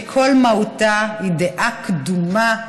שכל מהותה היא דעה קדומה,